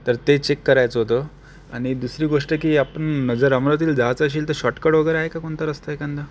तर ते चेक करायचं होतं आणि दुसरी गोष्ट की आपण जर अमरावतीला जायचं असेल तर शॉर्टकट वगैरे आहे का कोणता रस्ता एखादा